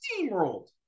steamrolled